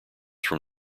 from